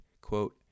quote